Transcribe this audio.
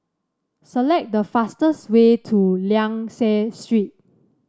select the fastest way to Liang Seah Street